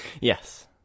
yes